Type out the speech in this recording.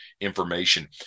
information